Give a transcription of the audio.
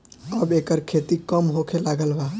अब एकर खेती कम होखे लागल बा